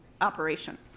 operation